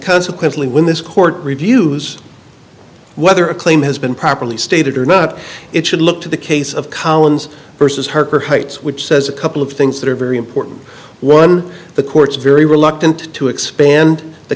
quickly when this court reviews whether a claim has been properly stated or not it should look to the case of collins versus harper heights which says a couple of things that are very important one the courts very reluctant to expand the